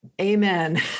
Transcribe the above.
Amen